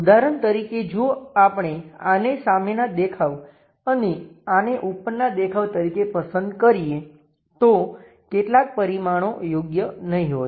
ઉદાહરણ તરીકે જો આપણે આને સામેના દેખાવ અને આને ઉપરના દેખાવ તરીકે પસંદ કરીએ તો કેટલાક પરિમાણો યોગ્ય નહીં હોય